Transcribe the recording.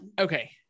okay